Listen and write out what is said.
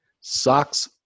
socks